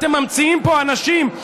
אתם ממציאים פה אנשים,